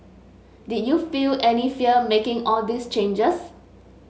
did you feel any fear making all these changes